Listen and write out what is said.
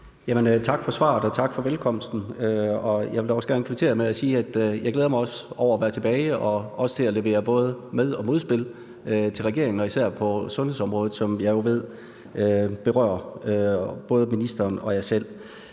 Tak for svaret, og tak for velkomsten. Jeg vil da også gerne kvittere med at sige, at jeg glæder mig over at være tilbage og også til at levere både med- og modspil til regeringen og især på sundhedsområdet, som jeg jo ved berører både ministeren og mig selv.